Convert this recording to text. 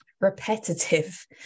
repetitive